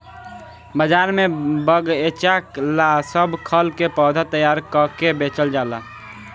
बाजार में बगएचा ला सब खल के पौधा तैयार क के बेचल जाला